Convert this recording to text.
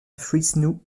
fresno